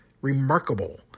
Remarkable